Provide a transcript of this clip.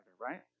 right